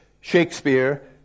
Shakespeare